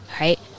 Right